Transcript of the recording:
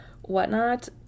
whatnot